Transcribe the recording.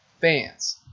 fans